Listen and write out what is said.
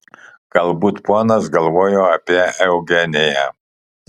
galbūt ponas galvojo apie eugeniją